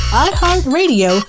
iHeartRadio